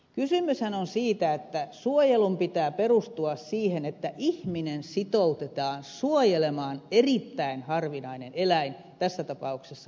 kysymyshän on siitä että suojelun pitää perustua siihen että ihminen sitoutetaan suojelemaan erittäin harvinainen eläin tässä tapauksessa norppa